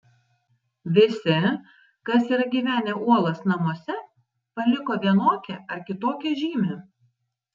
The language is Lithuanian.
visi kas yra gyvenę uolos namuose paliko vienokią ar kitokią žymę